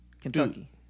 Kentucky